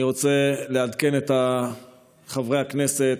אני רוצה לעדכן את חברי הכנסת: